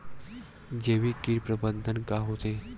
जैविक कीट प्रबंधन का होथे?